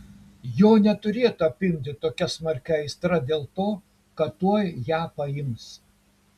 jo neturėtų apimti tokia smarki aistra dėl to kad tuoj ją paims